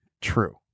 True